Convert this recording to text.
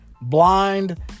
blind